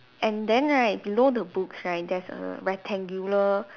and then right below the books right there's a rectangular